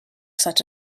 such